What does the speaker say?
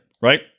right